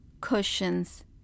cushions